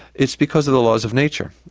it's because of the laws of nature.